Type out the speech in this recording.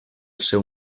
seu